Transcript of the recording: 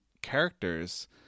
characters